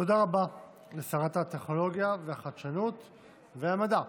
תודה רבה לשרת הטכנולוגיה והחדשנות והמדע.